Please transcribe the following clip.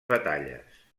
batalles